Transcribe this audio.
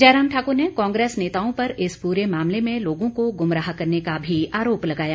जयराम ठाकुर ने कांग्रेस नेताओं पर इस पूरे मामले में लोगों को गुमराह करने का भी आरोप लगाया